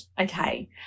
Okay